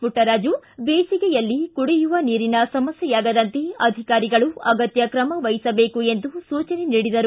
ಪುಟ್ಟರಾಜು ಬೇಸಿಗೆಯಲ್ಲಿ ಕುಡಿಯುವ ನೀರಿನ ಸಮಸ್ಯೆಯಾಗದಂತೆ ಅಧಿಕಾರಿಗಳು ಅಗತ್ಯ ಕ್ರಮವಹಿಸಬೇಕು ಎಂದು ಸೂಚನೆ ನೀಡಿದರು